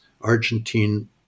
Argentine